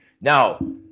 Now